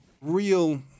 real